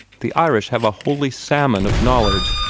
the irish have a holy salmon of knowledge,